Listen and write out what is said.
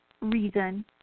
reason